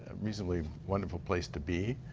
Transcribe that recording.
reasonably wonderful place to be.